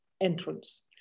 entrance